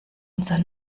unser